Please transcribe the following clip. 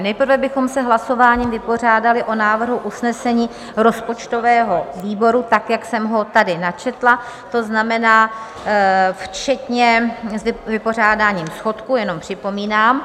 Nejprve bychom se hlasováním vypořádali s návrhem usnesení rozpočtového výboru tak, jak jsem ho tady načetla, to znamená včetně vypořádání schodku, jenom připomínám.